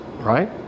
right